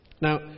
Now